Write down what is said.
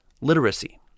Literacy